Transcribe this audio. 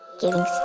giving